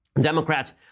Democrats